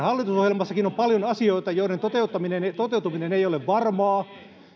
hallitusohjelmassakin on paljon asioita joiden toteutuminen ei ole varmaa